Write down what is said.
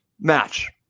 match